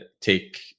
take